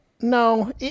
No